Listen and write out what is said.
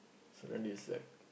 so then is like